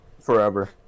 Forever